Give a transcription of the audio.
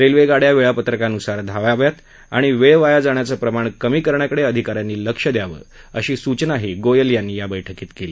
railway गाड्या वेळापत्रकानुसार धावाव्यात आणि वेळ वाया जाण्याचं प्रमाण कमी करण्याकडे अधिकाऱ्यांनी लक्ष द्यावं अशी सूचनाही गोयल यांनी या बैठकीत केली